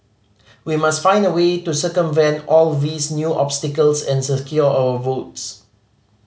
we must find a way to circumvent all these new obstacles and secure our votes